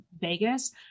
Vegas